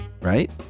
right